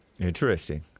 Interesting